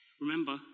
remember